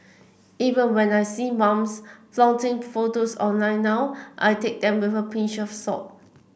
even when I see mums flaunting photos online now I take them with a pinch of salt